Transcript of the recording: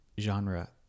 genre